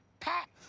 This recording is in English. pap!